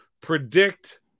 predict